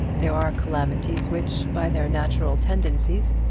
there are calamities which, by their natural tendencies,